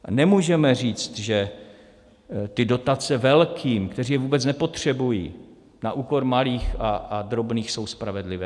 A nemůžeme říct, že ty dotace velkým, kteří je vůbec nepotřebují, na úkor malých a drobných jsou spravedlivé.